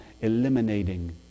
eliminating